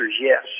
yes